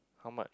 how much